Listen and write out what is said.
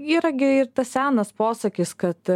yra gi ir tas senas posakis kad